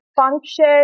function